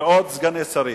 ועוד סגני שרים,